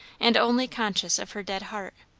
and only conscious of her dead heart.